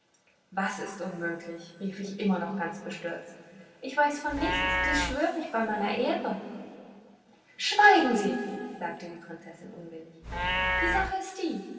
was ist unmöglich rief ich immer noch ganz bestürzt ich weiß von nichts dies schwör ich bei meiner ehre schweigen sie sagte die prinzessin unwillig die sache ist die